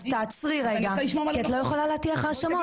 אז תעצרי רגע כי את לא יכולה להטיח האשמות.